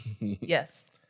Yes